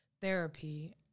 therapy